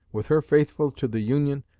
with her faithful to the union,